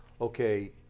Okay